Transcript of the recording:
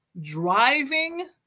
driving